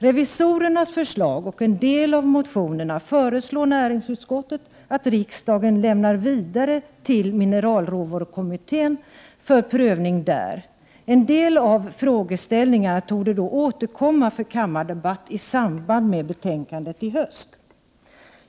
Revisorernas förslag och en del av motionerna föreslår näringsutskottet att riksdagen lämnar vidare till mineralråvarukommittén för prövning där. En del av frågeställningarna torde återkomma för kammardebatt i samband med behandlingen av betänkandet i höst.